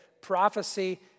prophecy